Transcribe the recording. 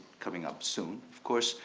coming up soon, of course,